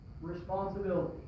responsibility